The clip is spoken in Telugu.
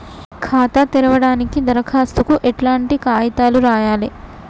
ఖాతా తెరవడానికి దరఖాస్తుకు ఎట్లాంటి కాయితాలు రాయాలే?